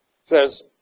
says